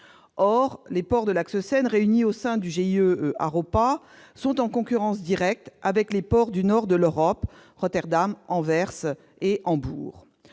Or les ports de l'axe Seine, réunis au sein du GIE HAROPA, sont en concurrence directe avec les ports du nord de l'Europe, Rotterdam, Anvers et Hambourg.